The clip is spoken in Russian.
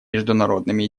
международными